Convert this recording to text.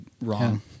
wrong